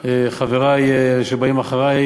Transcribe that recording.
חברי שבאים אחרי.